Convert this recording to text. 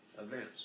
events